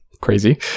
crazy